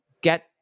get